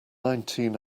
nineteen